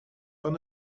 van